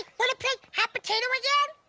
wanna play hot potato again?